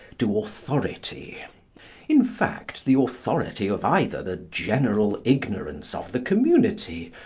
to authority in fact the authority of either the general ignorance of the community,